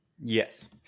yes